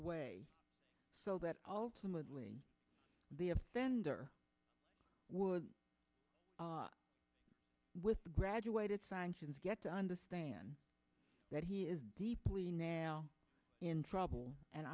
way so that all to mostly the offender would with the graduated sanctions get to understand that he is deeply now in trouble and